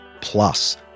plus